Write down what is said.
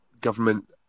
government